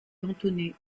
cantonné